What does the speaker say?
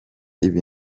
ibi